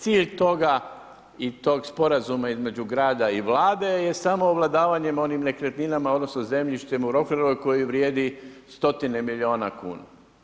Cilj toga i tog sporazuma između grada i vlade je samo ovladavanje onim nekretninama, odnosno zemljištem u Rockfellerovoj koji vrijedi stotine milijuna kuna.